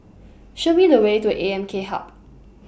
Show Me The Way to A M K Hub